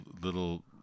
little